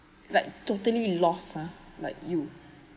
like totally lost ah like you